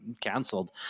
canceled